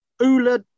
Ula